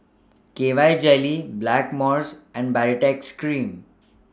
K Y Jelly Blackmores and Baritex Cream